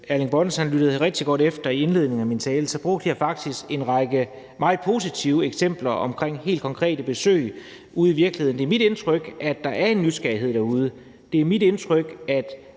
brugte jeg faktisk efter indledningen i min tale en række meget positive eksempler på helt konkrete besøg ude i virkeligheden. Det er mit indtryk, at der er en nysgerrighed derude; det er mit indtryk, at